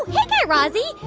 yeah guy razzie.